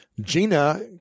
Gina